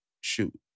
shoot